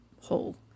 Hole